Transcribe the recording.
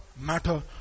matter